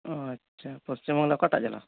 ᱟᱪᱪᱷᱟ ᱯᱚᱥᱪᱤᱢᱵᱟᱝᱞᱟ ᱚᱠᱟᱴᱟᱜ ᱡᱮᱞᱟ